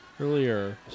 Earlier